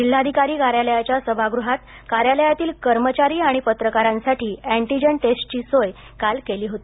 जिल्हाधिकारी कार्यालयाच्या सभागृहात कार्यालयातील कर्मचारी आणि पत्रकारांसाठी अँटीजन टेस्ट ची सोय काल केली होती